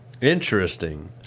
Interesting